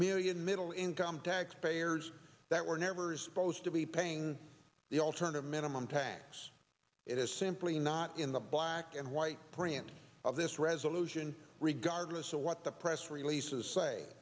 million middle income taxpayers that were never supposed to be paying the alternative minimum tax it is simply not in the black and white print of this resolution regardless of what the press releases say